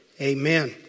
Amen